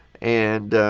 and,